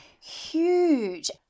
huge